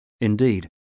Indeed